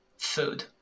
Food